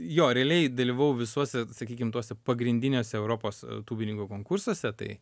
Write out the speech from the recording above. jo reliai dalyvavau visuose sakykim tuose pagrindiniuose europos tūbininko konkursuose tai